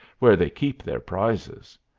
where they keep their prizes.